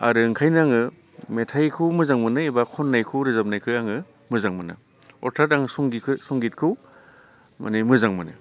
आरो ओंखायनो आङो मेथाइखौ मोजां मोनो एबा खननायखौ रोजाबनायखौ आङो मोजां मोनो अरथाद आं संगितखौ माने मोजां मोनो